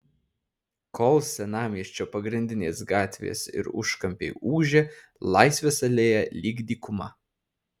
kol senamiesčio pagrindinės gatvės ir užkampiai ūžia laisvės alėja lyg dykuma